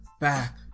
back